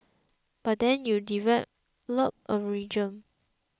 but then you develop a regime